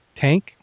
tank